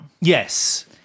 Yes